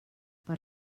per